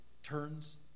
Turns